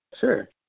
Sure